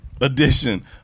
edition